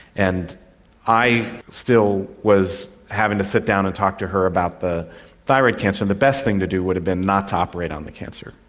and i still was having to sit down and talk to her about the thyroid cancer. the best thing to do would have been not to operate on the cancer,